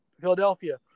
Philadelphia